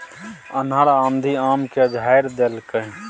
अन्हर आ आंधी आम के झाईर देलकैय?